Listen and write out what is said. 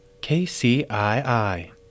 KCII